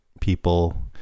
people